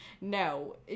no